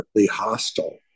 hostile